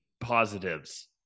positives